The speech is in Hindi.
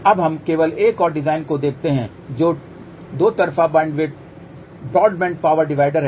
अब हम केवल एक और डिज़ाइन को देखते हैं जो 2 तरफा ब्रॉडबैंड पावर डिवाइडर है